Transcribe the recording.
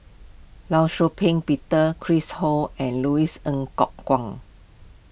Law Shau Ping Peter Chris Ho and Louis Ng Kok Kwang